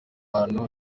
ahantu